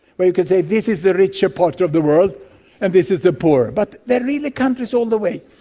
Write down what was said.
but you can say this is the richer part of the world and this is the poorer. but there are really countries all the way.